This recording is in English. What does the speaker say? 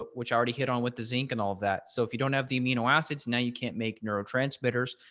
which i already hit on with the zinc and all of that. so if you don't have the amino acids, now you can't make neurotransmitters.